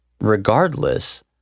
regardless